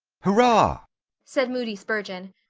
hurrah! said moody spurgeon.